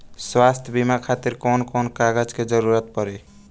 स्वास्थ्य बीमा खातिर कवन कवन कागज के जरुरत पड़ी?